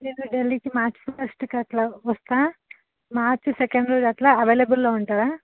మీరు ఢిల్లీకి మార్చి ఫస్ట్కి అట్లా వస్తాను మార్చి సెకండ్ రోజు అట్లా అవైలబుల్లో ఉంటారా